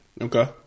Okay